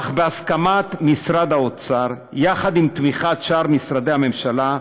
אך בהסכמת משרד האוצר, ובתמיכת שאר משרדי הממשלה,